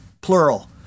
plural